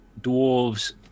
dwarves